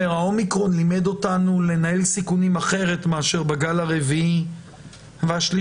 שהאומיקרון לימד אותנו לנהל סיכונים אחרת מאשר בגל הרביעי והשלישי,